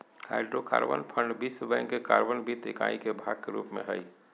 hydrocarbon fund विश्व bank के carbon वित्त इकाई के भाग के रूप में हइ